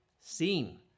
seen